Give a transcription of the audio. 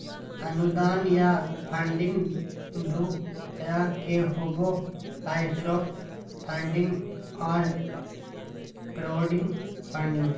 अनुदान या फंडिंग दू तरह के होबो हय सॉफ्ट फंडिंग आर क्राउड फंडिंग